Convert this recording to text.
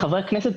לחברי הכנסת,